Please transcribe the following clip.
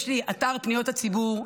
יש לי אתר פניות הציבור.